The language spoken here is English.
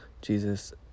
Jesus